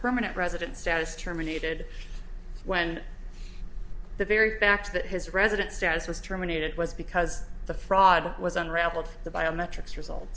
permanent resident status terminated when the very fact that his residence status was terminated was because the fraud was unravelled the biometrics result